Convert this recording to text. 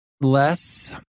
less